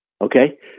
Okay